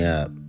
up